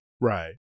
Right